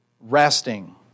Resting